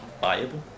viable